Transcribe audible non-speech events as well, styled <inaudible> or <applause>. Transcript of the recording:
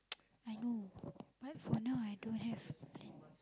<noise> I know but for now I don't have plan